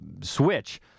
switch